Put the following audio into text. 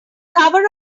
cover